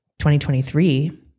2023